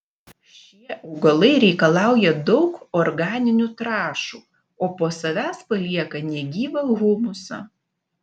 šie augalai reikalauja daug organinių trąšų o po savęs palieka negyvą humusą